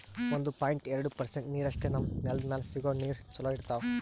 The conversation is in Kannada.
ಒಂದು ಪಾಯಿಂಟ್ ಎರಡು ಪರ್ಸೆಂಟ್ ನೀರಷ್ಟೇ ನಮ್ಮ್ ನೆಲ್ದ್ ಮ್ಯಾಲೆ ಸಿಗೋ ನೀರ್ ಚೊಲೋ ಇರ್ತಾವ